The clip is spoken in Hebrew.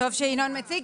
טוב שינון מציג.